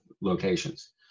locations